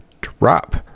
drop